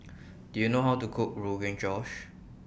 Do YOU know How to Cook Rogan Josh